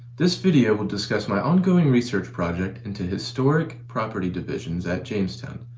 this video will discuss my ongoing research project into historic property divisions at jamestown.